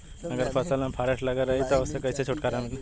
अगर फसल में फारेस्ट लगल रही त ओस कइसे छूटकारा मिली?